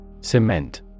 Cement